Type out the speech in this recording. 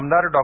आमदार डॉ